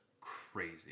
crazy